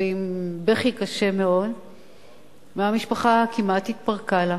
ועם בכי קשה מאוד והמשפחה כמעט התפרקה לה.